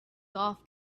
golf